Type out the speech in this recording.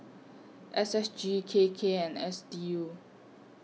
S S G K K and S D U